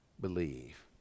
believe